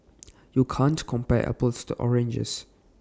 you can't compare apples to oranges